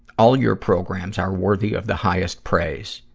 all your programs are worthy of the highest praise.